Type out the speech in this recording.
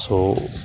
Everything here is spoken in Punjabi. ਸੋ